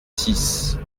six